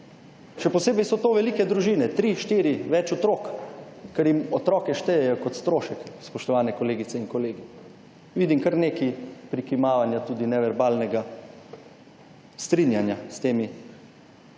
Še posebej so to velike družine, 3, 4, več otrok, ker jim otroke štejejo kot stroške, spoštovane kolegice in kolegi. Vidim kar nekaj prikimavanja, tudi neverbalnega, strinjanja s temi trditvami.